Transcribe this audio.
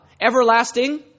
everlasting